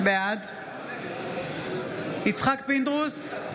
בעד יצחק פינדרוס,